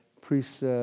priests